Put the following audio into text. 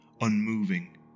unmoving